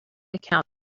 account